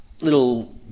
little